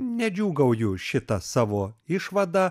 nedžiūgauju šita savo išvada